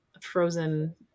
frozen